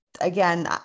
again